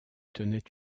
tenait